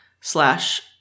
slash